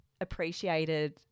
appreciated